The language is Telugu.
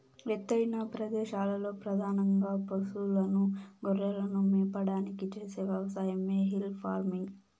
ఎత్తైన ప్రదేశాలలో పధానంగా పసులను, గొర్రెలను మేపడానికి చేసే వ్యవసాయమే హిల్ ఫార్మింగ్